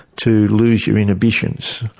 to lose your inhibitions,